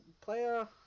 player